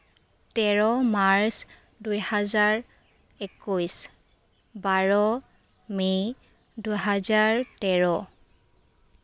তেৰ মাৰ্চ দুহেজাৰ একৈশ বাৰ মে দুহেজাৰ তেৰ